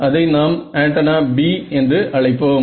அதை நாம் antenna B என்று அழைப்போம்